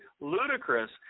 ludicrous